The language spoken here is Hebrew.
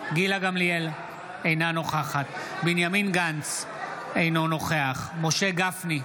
אינה נוכחת בנימין גנץ, אינו נוכח משה גפני,